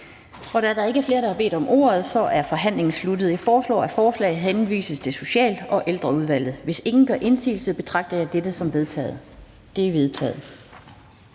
Da der ikke er flere, som har bedt om ordet, er forhandlingen sluttet. Jeg foreslår, at forslaget henvises til Indenrigs- og Boligudvalget. Hvis ingen gør indsigelse, betragter jeg dette som vedtaget. Det er vedtaget.